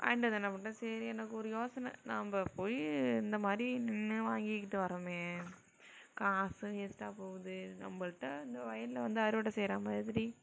வாங்கிகிட்டு வந்து என்ன பண்ணிட்டேன் சரி எனக்கு ஒரு யோசனை நம்ம போய் இந்தமாதிரி நின்று வாங்கிக்கிட்டு வரோம் காசும் வேஸ்ட்டாக போகுது நம்மள்ட்ட இந்த வயலில் வந்து அறுவடை செய்கிற மாதிரி